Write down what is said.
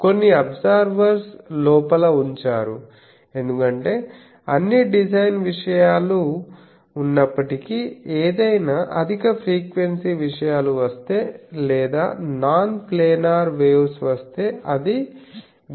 కొన్ని అబ్జార్బర్స్ లోపల ఉంచారు ఎందుకంటే అన్ని డిజైన్ విషయాలు ఉన్నప్పటికీ ఏదైనా అధిక ఫ్రీక్వెన్సీ విషయాలు వస్తే లేదా నాన్ ప్లానర్ వేవ్స్ వస్తే అది గ్రహించబడుతుంది